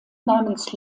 namens